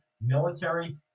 military